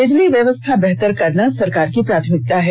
बिजली व्यवस्था बेहतर करना सरकार की प्राथमिकता है